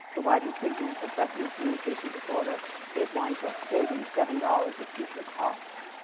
providing treatment addressing a communication disorder it winds up saving seven dollars of future costs.